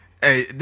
Hey